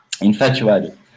infatuated